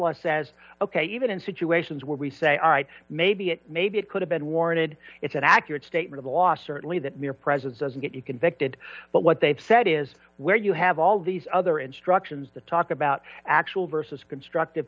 law says ok even in situations where we say all right maybe it maybe it could have been warranted it's an accurate statement last certainly that mere presence doesn't get you convicted but what they've said is where you have all these other instructions to talk about actual versus constructive